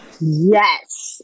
Yes